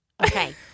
Okay